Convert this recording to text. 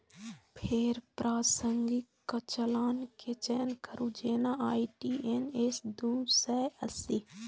फेर प्रासंगिक चालान के चयन करू, जेना आई.टी.एन.एस दू सय अस्सी